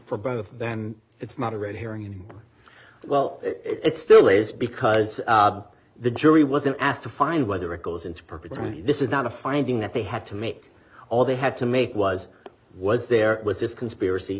for both of them it's not a great hearing well it's still is because the jury wasn't asked to find whether it goes into perpetuity this is not a finding that they had to make all they had to make was was there was this conspiracy